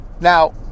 now